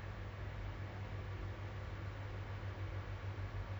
kan kalau you are studying normally you just focused on studying right